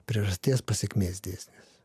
priežasties pasekmės dėsnis